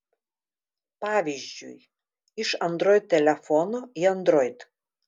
pavyzdžiui iš android telefono į android